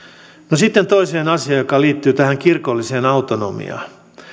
no sitten toiseen asiaan joka liittyy tähän kirkolliseen autonomiaan